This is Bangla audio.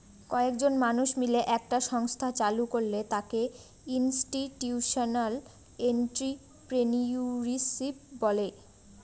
কয়েকজন মানুষ মিলে একটা সংস্থা চালু করলে তাকে ইনস্টিটিউশনাল এন্ট্রিপ্রেনিউরশিপ বলে